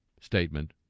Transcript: statement